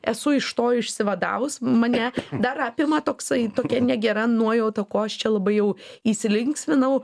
esu iš to išsivadavus mane dar apima toksai tokia negera nuojauta koks čia labai jau įsilinksminau